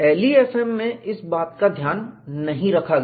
LEFM में इस बात का ध्यान नहीं रखा गया